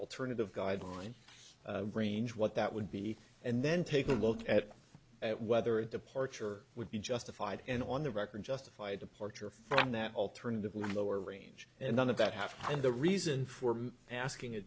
alternative guideline range what that would be and then take a look at whether a departure would be justified and on the record justified departure from that alternative lower range and none of that has and the reason for asking a